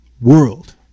world